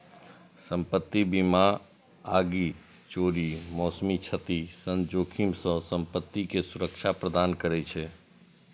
संपत्ति बीमा आगि, चोरी, मौसमी क्षति सन जोखिम सं संपत्ति कें सुरक्षा प्रदान करै छै